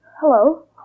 Hello